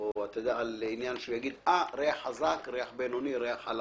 או שהוא יגיד ריח חזק, ריח בינוני, ריח חלש.